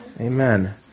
Amen